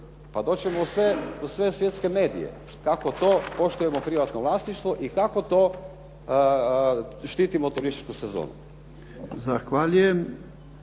Pa doći ćemo u sve svjetske medije kako to poštujemo privatno vlasništvo i kako to štitimo turističku sezonu.